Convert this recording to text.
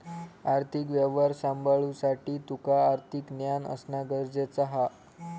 आर्थिक व्यवहार सांभाळुसाठी तुका आर्थिक ज्ञान असणा गरजेचा हा